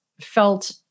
felt